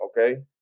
Okay